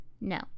no